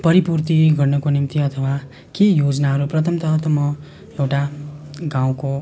परिपूर्ति गर्नको निम्ति अथवा केही योजनाहरू प्रथमतः त म एउटा गाउँको